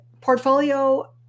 portfolio